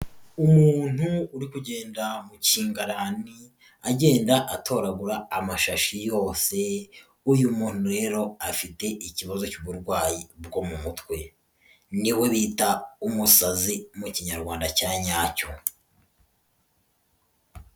Umuntu uri kugenda mu kingarani agenda atoragura amashashi yose, uyu muntu rero afite ikibazo cy'uburwayi bwo mu mutwe, niwe bita umusazi mu kinyarwanda cya nyacyo.